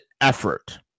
effort